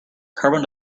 carbon